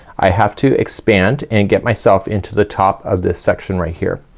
i have to expand and get myself into the top of this section right here.